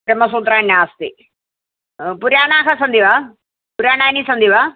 ब्रह्मसूत्राणि नास्ति पुराणानि सन्ति वा पुराणानि सन्ति वा